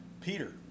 Peter